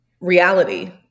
reality